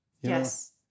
Yes